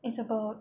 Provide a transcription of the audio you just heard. it's about